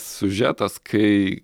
siužetas kai